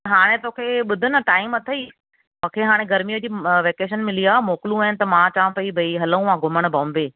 हाणे तोखे ॿुध न टाइम अथई मूंखे हाणे गरमीअ जी वैकेशन मिली आहे मोकिलूं आहिनि त मां चवां पेई भई हलूं हां घुमणु बॉम्बे